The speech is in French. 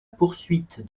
poursuite